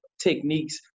techniques